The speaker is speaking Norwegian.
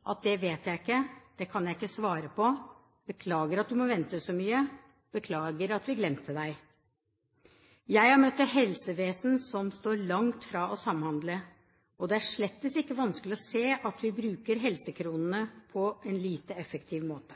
si: Det vet jeg ikke, det kan jeg ikke svare på, beklager at du må vente så mye, beklager at vi glemte deg. Jeg har møtt et helsevesen som står langt fra å samhandle, og det er slett ikke vanskelig å se at vi bruker helsekronene på en lite effektiv måte.